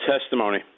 testimony